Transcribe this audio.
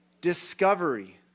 discovery